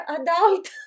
adult